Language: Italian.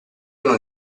non